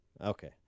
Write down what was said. Okay